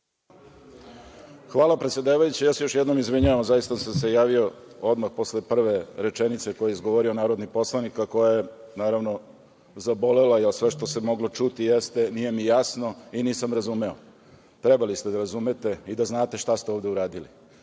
Hvala, predsedavajući. Još jednom se izvinjavam, ali zaista sam se izjavio odmah posle prve rečenice koju je izgovorio narodni poslanik, a koja je zabolela, jer sve što se moglo čuti je nije mi jasno i nisam razumeo. Trebali ste da razumete i da znate šta ste ovde uradili. Brisanje